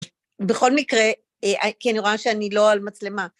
בכל מקרה, כי אני רואה שאני לא על מצלמה.